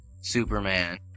Superman